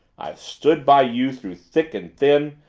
i've stood by you through thick and thin,